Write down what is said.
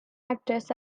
actress